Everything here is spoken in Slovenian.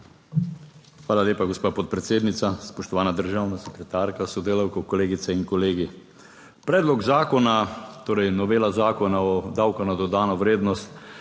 Hvala lepa, gospa podpredsednica. Spoštovana državna sekretarka s sodelavko, kolegice in kolegi! Predlog zakona, torej novela Zakona o davku na dodano vrednost,